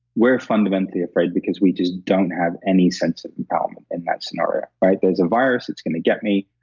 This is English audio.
we're fundamentally afraid because we just don't have any sense of empowerment in that scenario, right? there's a virus that's going to get me.